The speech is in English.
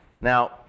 Now